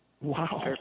Wow